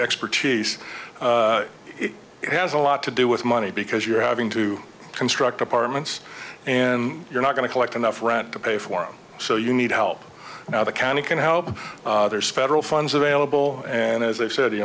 expertise it has a lot to do with money because you're having to construct apartments and you're not going to collect enough rent to pay for it so you need help now the county can help others federal funds available and as i've said